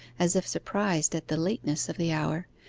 as if surprised at the lateness of the hour,